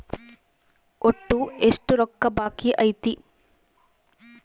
ಒಟ್ಟು ಎಷ್ಟು ರೊಕ್ಕ ಬಾಕಿ ಐತಿ?